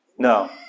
No